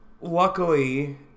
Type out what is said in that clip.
luckily